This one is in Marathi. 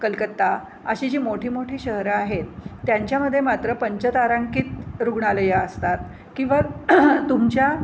कलकत्ता अशी जी मोठी मोठी शहरं आहेत त्यांच्यामध्ये मात्र पंचतारांकित रुग्णालयं असतात किंवा तुमच्या